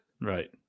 Right